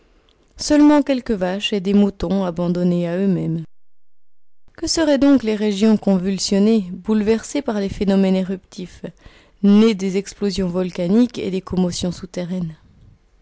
seulement quelques vaches et des moutons abandonnés à eux-mêmes que seraient donc les régions convulsionnées bouleversées par les phénomènes éruptifs nées des explosions volcaniques et des commotions souterraines